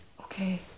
Okay